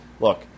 look